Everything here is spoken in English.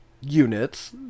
units